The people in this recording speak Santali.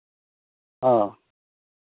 ᱚ